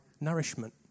nourishment